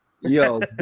Yo